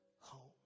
home